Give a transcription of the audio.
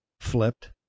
flipped